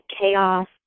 chaos